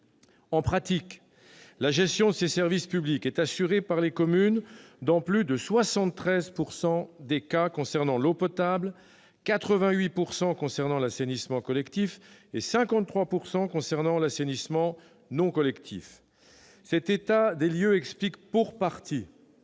En pratique, la gestion de ces services publics est assurée par les communes dans plus de 73 % des cas concernant l'eau potable, 88 % concernant l'assainissement collectif et 53 % concernant l'assainissement non collectif. Cet état des lieux explique, pour partie,